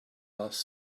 last